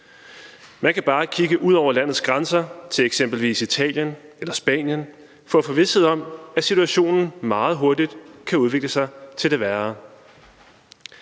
Man kan bare kigge ud over landets grænser til eksempelvis Italien eller Spanien for at få vished om, at situationen meget hurtigt kan udvikle sig til det værre.